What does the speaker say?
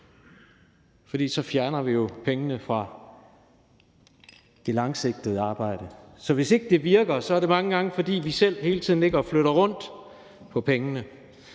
for så fjerner vi jo pengene fra det langsigtede arbejde. Så hvis ikke det virker, er det mange gange, fordi vi selv hele tiden flytter rundt på pengene.